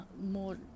more